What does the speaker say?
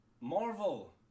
marvel